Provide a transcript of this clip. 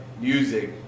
music